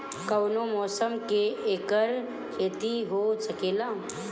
कवनो मौसम में एकर खेती हो सकेला